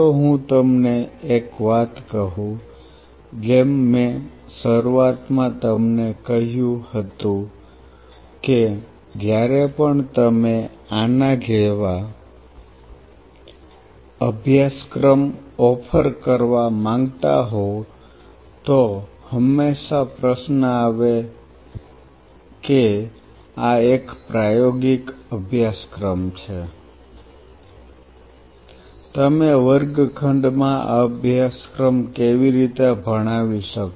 ચાલો હું તમને એક વાત કહું જેમ મેં શરૂઆતમાં તમને કહ્યું હતું કે જ્યારે પણ તમે આના જેવા અભ્યાસક્રમ ઓફર કરવા માંગતા હોવ તો હંમેશા પ્રશ્ન આવે થાય કે આ એક પ્રાયોગિક અભ્યાસક્રમ છે તમે વર્ગખંડમાં આ અભ્યાસક્રમ કેવી રીતે ભણાવી શકો